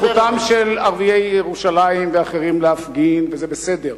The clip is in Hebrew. זכותם של ערביי ירושלים ואחרים להפגין, וזה בסדר.